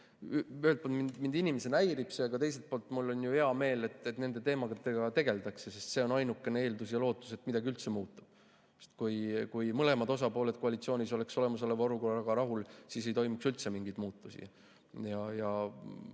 Ühelt poolt mind inimesena häirib see, aga teiselt poolt on mul hea meel, et nende teemadega tegeldakse, sest see on ainukene eeldus ja lootus, et midagi üldse muutub. Sest kui mõlemad osapooled koalitsioonis oleks olemasoleva olukorraga rahul, siis ei toimuks üldse mingeid muutusi. Eks